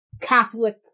Catholic